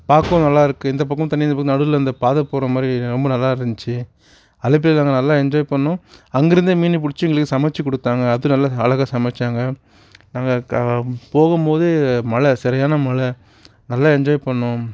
பார்க்கவும் நல்லா இருக்குது இந்த பக்கமும் தண்ணி அந்த பக்கமும் தண்ணி நடுவில் இந்த பாதை போகிற மாதிரி ரொம்ப நல்லா இருந்துச்சு அலப்பியில் அங்கே நல்லா என்ஜாய் பண்ணிணோம் அங்கிருந்த மீனை பிடுச்சே எங்களுக்கு சமைச்சி கொடுத்தாங்க அது நல்லா அழகாக சமைச்சாங்க நாங்கள் போகும் போது மழை சரியான மழை நல்லா என்ஜாய் பண்ணிணோம்